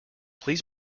please